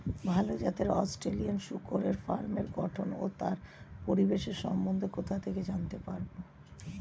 ভাল জাতের অস্ট্রেলিয়ান শূকরের ফার্মের গঠন ও তার পরিবেশের সম্বন্ধে কোথা থেকে জানতে পারবো?